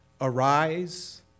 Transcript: Arise